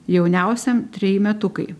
jauniausiam treji metukai